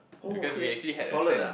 oh okay toilet ah